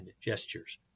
gestures